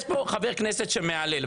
יש פה חבר כנסת שמהלל,